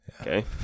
Okay